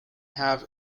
have